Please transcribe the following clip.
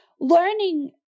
learning